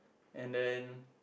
and then